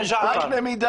מה קנה המידה?